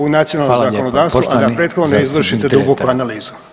u nacionalno zakonodavstvo, a [[Upadica: Poštovani zastupnik Dretar.]] da prethodno ne izvršite duboku analizu.